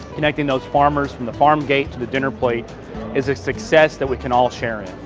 connecting those farmers from the farm gate to the dinner plate is a success that we can all share in.